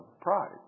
pride